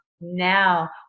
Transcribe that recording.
now